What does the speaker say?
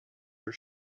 your